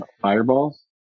Fireballs